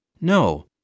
No